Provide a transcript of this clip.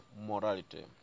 morality